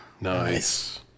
Nice